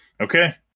Okay